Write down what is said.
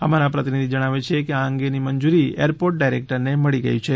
અમારા પ્રતિનિધિ જણાવે છે કે આ અંગે ની મંજૂરી એરપોર્ટ ડાયરેકટર ને મળી ગઈ છે